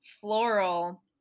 floral